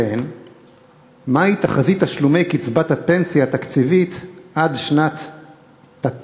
2. מה היא תחזית תשלומי קצבת הפנסיה התקציבית עד שנת תת"ן,